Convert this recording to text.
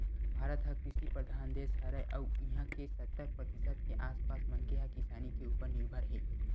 भारत ह कृषि परधान देस हरय अउ इहां के सत्तर परतिसत के आसपास मनखे ह किसानी के उप्पर निरभर हे